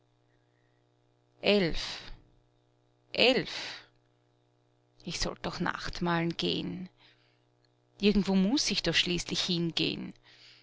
elf elf ich sollt doch nachtmahlen geh'n irgendwo muß ich doch schließlich hingeh'n